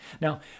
Now